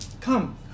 Come